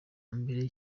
mbere